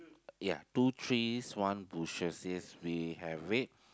ya two trees one bushes yes we have it